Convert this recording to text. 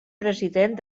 president